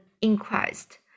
inquest